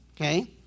okay